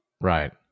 Right